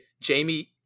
Jamie